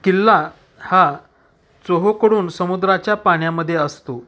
किल्ला हा चोहोकडून समुद्राच्या पाण्यामध्ये असतो